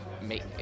make